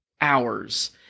hours